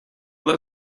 that